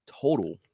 total